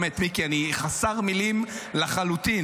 באמת, מיקי, אני חסר מילים לחלוטין.